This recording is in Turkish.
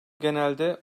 genelde